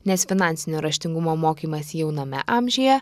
nes finansinio raštingumo mokymas jauname amžiuje